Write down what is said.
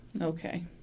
Okay